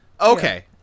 Okay